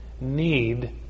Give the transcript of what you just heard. need